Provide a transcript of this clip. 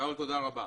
תודה רבה.